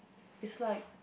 is like